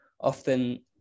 often